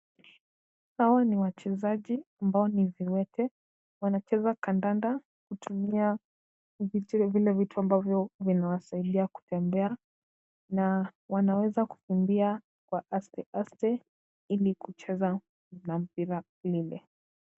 Hao ni wachezaji ambao ni viwete, wanacheza kandanda kutumia vile vitu ambavyo vinawasaidia kutembea, na wanaweza kukimbia kwa aste aste ili kucheza na mpira ule.